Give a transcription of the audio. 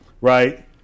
right